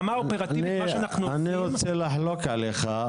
אני רוצה לחלוק עליך.